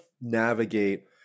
navigate